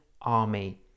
Army